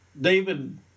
David